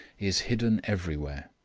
is hidden everywhere,